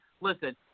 Listen